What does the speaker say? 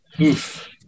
Oof